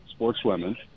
sportswomen